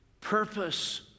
purpose